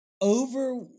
over